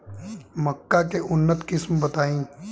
मक्का के उन्नत किस्म बताई?